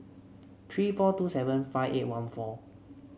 three four two seven five eight one four